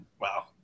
Wow